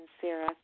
Sarah